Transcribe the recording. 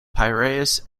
piraeus